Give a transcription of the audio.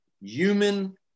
human